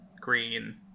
green